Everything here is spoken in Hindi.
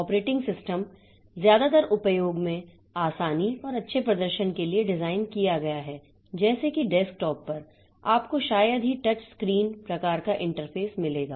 ऑपरेटिंग सिस्टम ज्यादातर उपयोग में आसानी और अच्छे प्रदर्शन के लिए डिज़ाइन किया गया है जैसे कि डेस्कटॉप पर आपको शायद ही टच स्क्रीन प्रकार का इंटरफ़ेस मिलेगा